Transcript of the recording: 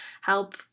help